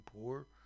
poor